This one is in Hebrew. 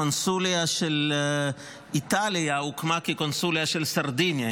הקונסוליה של איטליה הוקמה כקונסוליה של סרדיניה,